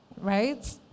right